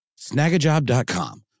Snagajob.com